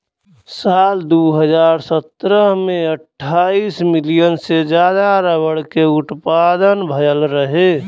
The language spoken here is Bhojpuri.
साल दू हज़ार सत्रह में अट्ठाईस मिलियन टन से जादा रबर क उत्पदान भयल रहे